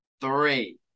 three